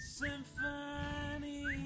symphony